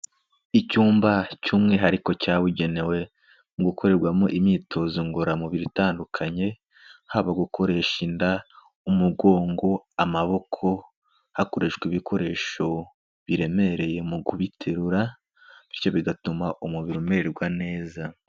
Icyumba cy'umwihariko cyabugenewe, mu gukorerwamo imyitozo ngororamubiri itandukanye, haba gukoresha inda, umugongo amaboko hakoreshwa ibikoresho biremereye, mu kubiterura bityo bigatuma umubiri umererwa neza.